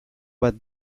bat